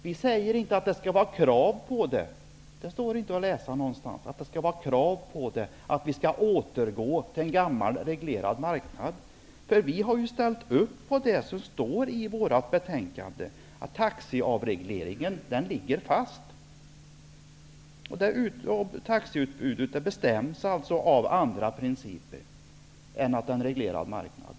Vi säger inte att det skall vara ett krav på en återgång till en gammal, reglerad marknad. Vi har ju ställt oss bakom det som står i betänkandet, dvs. att avregleringen av taxi ligger fast. Taxiutbudet bestäms alltså av andra principer än en reglerad marknad.